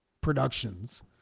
productions